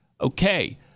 Okay